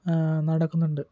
നടക്കുന്നുണ്ട്